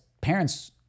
Parents